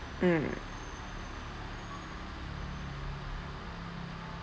mm